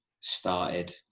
started